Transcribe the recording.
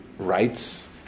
Rights